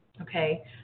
Okay